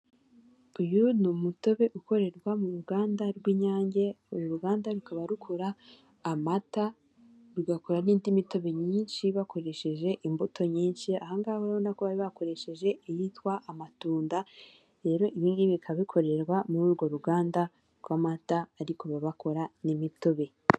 uyu ni umutobe ukorerwa mu ruganda rw'inyange uru ruganda rukaba rukora amata rugakora n'indi mitobe myinshi bakoresheje imbuto nyinshi ahangaha bakoresheje iyitwa amatunda rero ibingibi bikaba bikorerwa muri urwo ruganda rw'amata ariko baba bakora n'imitobe.